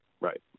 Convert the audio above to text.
Right